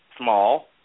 small